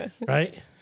right